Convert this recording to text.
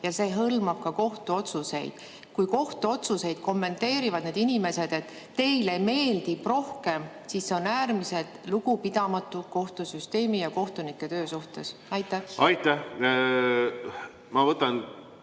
See hõlmab ka kohtuotsuseid. Kui kohtuotsuseid kommenteerivad inimesed sõnadega "teile meeldib rohkem", siis see on äärmiselt lugupidamatu kohtusüsteemi ja kohtunike töö suhtes. Ma